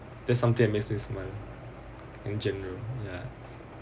there's something that makes me smile in general ya